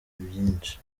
byinshi